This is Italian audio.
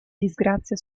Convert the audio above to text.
disgrazia